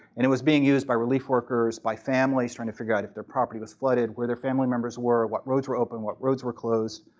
it was being used by relief workers, by families trying to figure out if their property was flooded, where their family members were, what roads were open, what roads were closed.